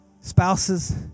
Spouses